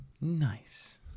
nice